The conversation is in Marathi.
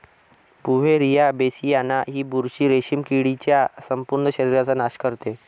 बुव्हेरिया बेसियाना ही बुरशी रेशीम किडीच्या संपूर्ण शरीराचा नाश करते